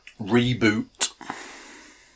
Reboot